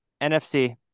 NFC